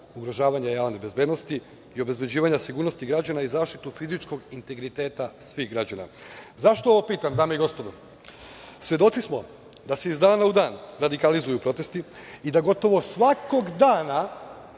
ugrožavanja javne bezbednosti i obezbeđivanja sigurnosti građana i zaštitu fizičkog integriteta svih građana? Zašto ovo pitam, dame i gospodo? Svedoci smo da se iz dana u dan radikalizuju protesti i da gotovo svakog dana